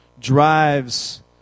drives